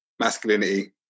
masculinity